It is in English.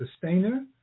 sustainer